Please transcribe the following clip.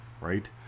right